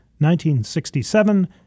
1967